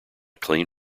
clean